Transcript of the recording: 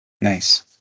nice